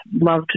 loved